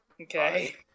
Okay